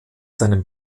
seinem